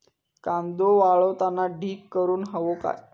कांदो वाळवताना ढीग करून हवो काय?